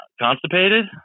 Constipated